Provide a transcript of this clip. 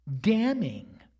Damning